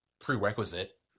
Prerequisite